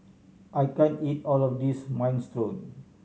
I can't eat all of this Minestrone